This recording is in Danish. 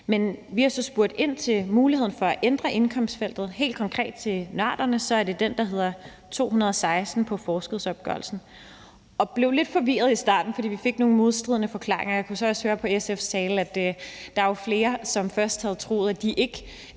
Men vi har så spurgt ind til muligheden for at ændre indkomstfeltet. Helt konkret, kan jeg sige til nørderne, er det det felt på forskudsopgørelsen, der hedder 216. Jeg blev lidt forvirret i starten, fordi vi fik nogle modstridende forklaringer, og jeg kunne så også høre på SF's tale, at der jo var flere, som først havde troet, at de ikke